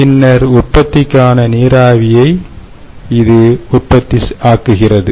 மின்சார உற்பத்திக்கான நீராவியை உற்பத்தி ஆக்குகிறது